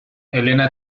helena